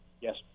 Yes